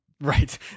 Right